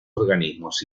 organismos